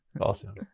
awesome